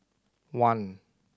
one